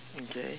okay